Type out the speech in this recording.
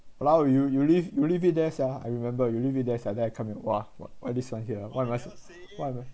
!walao! you you leave you leave it there sia I remember you leave it there sia then I come back !wah! why this one here what am